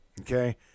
okay